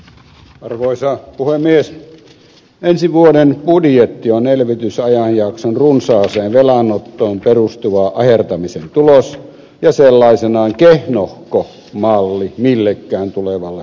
hän oli valoisaa kuvaa myös ensi vuoden budjetti on elvytysajanjakson runsaaseen velanottoon perustuva ahertamisen tulos ja sellaisenaan kehnohko malli millekään tulevalle hallitukselle